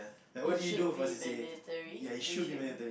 it should be mandatory it should be